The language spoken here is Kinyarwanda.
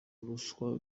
ruswa